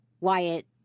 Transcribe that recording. Wyatt